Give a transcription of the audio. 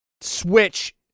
Switch